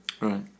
right